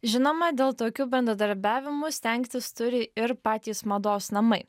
žinoma dėl tokių bendradarbiavimų stengtis turi ir patys mados namai